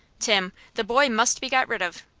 tim, the boy must be got rid of.